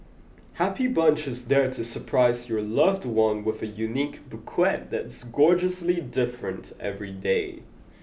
Happy Bunch is there to surprise your loved one with a unique bouquet that's gorgeously different every day